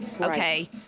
okay